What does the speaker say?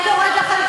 אני קוראת לכם,